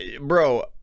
bro